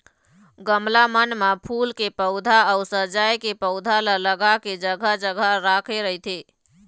गमला मन म फूल के पउधा अउ सजाय के पउधा ल लगा के जघा जघा राखे रहिथे